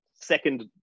second